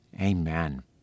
Amen